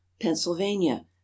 Pennsylvania